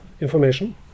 information